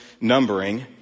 numbering